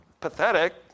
pathetic